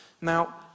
Now